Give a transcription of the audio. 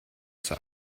zur